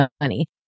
money